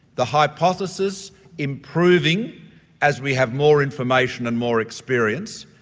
the hypothesis improving as we have more information and more experience,